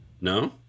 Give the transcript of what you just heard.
no